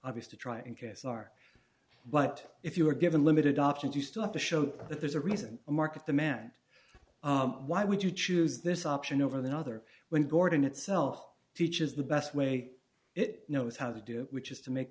obvious to try and guess are but if you were given limited options you still have to show that there's a reason a market the man why would you choose this option over the other when gordon itself teaches the best way it knows how to do which is to make